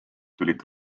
tulid